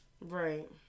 Right